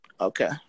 Okay